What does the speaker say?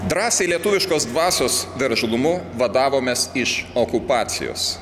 drąsiai lietuviškos dvasios veržlumu vadavomės iš okupacijos